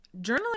Journaling